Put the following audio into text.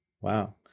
wow